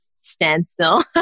standstill